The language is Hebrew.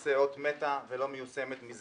שלמעשה זה אות מתה ולא מיושם שנים.